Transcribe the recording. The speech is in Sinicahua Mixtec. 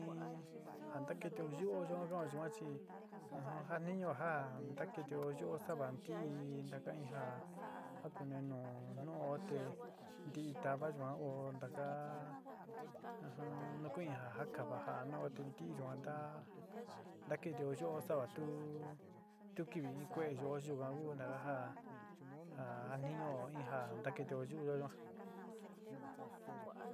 Ja ntakitio yu'uyo yuan chi o jatniñuo ja ntakitío yuo sa'ava ntií ntaka in já ja kunío nu nu'uo te nti tava oó ntaká ajan nukuin ja jakava ja'a nu'u te ntií yuan nta ntakitío yuo sa'o a tu tu kɨvɨ in kue'e yo'o yuan ku ntaka ja ja jatniñuo in ja ntakitío yu'uyo yuan.